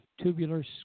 tubular